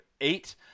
Eight